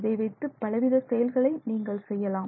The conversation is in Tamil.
இதை வைத்து பலவித செயல்களை நீங்கள் செய்யலாம்